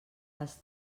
les